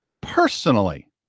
personally